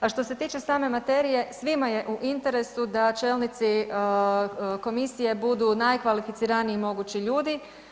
A što se tiče same materije, svima je u interesu da čelnici komisije budu najkvalificiraniji mogući ljudi.